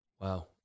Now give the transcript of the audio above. Wow